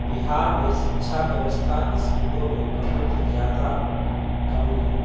बिहार में शिक्षा व्यवस्था स्कूलों में बहुत ज़्यादा कमी है